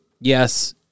yes